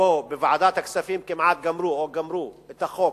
שבו בוועדת הכספים כמעט גמרו או גמרו את החוק,